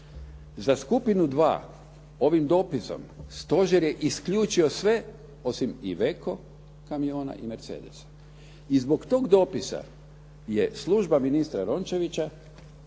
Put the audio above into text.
Za skupinu 2 ovim dopisom stožer je isključivo sve osim "Iveco" kamiona i "Mercedesa" i zbog tog dopisa je služba ministra Rončevića